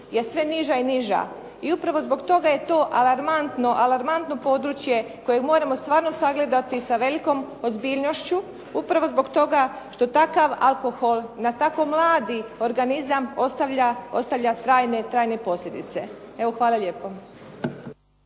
je sve niža i niža i upravo zbog toga je to alarmantno, alarmantno područje kojeg moramo stvarno sagledati sa velikom ozbiljnošću upravo zbog toga što takav alkohol na tako mladi organizam ostavlja trajne posljedice. Evo, hvala lijepo.